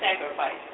sacrifice